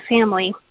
family